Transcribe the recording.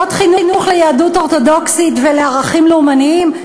עוד חינוך ליהדות אורתודוקסית ולערכים לאומניים?